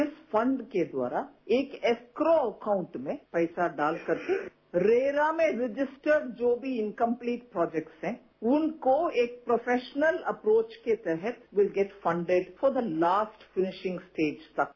इस फंड के द्वारा एक एस्क्रो अकांउट में पैसा डाल करके रेरा में रजिस्टर्ड जो भी इनकम्प्लीट प्रोजेक्ट्स हैं उनको एक प्रोफेशनल्स अप्रोच के तहत we get funded with the last finishing stages तक